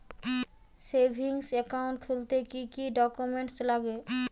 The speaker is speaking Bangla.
সেভিংস একাউন্ট খুলতে কি কি ডকুমেন্টস লাগবে?